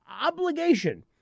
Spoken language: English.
obligation